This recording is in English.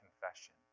confession